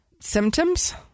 symptoms